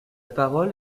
parole